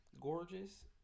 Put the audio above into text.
Gorgeous